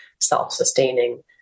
self-sustaining